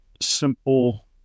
simple